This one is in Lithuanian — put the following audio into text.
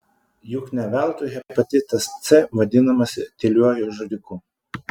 juk ne veltui hepatitas c vadinamas tyliuoju žudiku